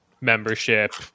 membership